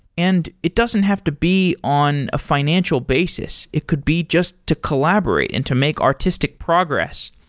and it doesn't have to be on a financial basis. it could be just to collaborate and to make artistic progress.